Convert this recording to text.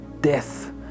death